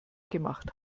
gemacht